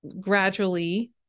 gradually